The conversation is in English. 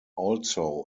also